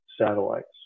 satellites